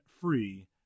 Free